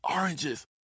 oranges